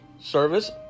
service